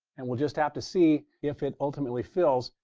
and we'll just have to see if it ultimately fills.